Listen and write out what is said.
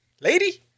Lady